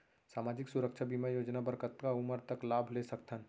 सामाजिक सुरक्षा बीमा योजना बर कतका उमर तक लाभ ले सकथन?